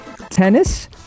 tennis